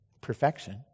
perfection